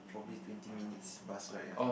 probably twenty minutes bus ride ah